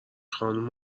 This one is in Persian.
خانوم